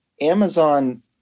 Amazon